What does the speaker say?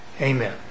Amen